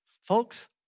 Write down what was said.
Folks